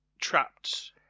trapped